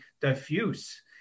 diffuse